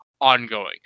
ongoing